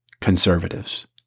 conservatives